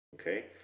Okay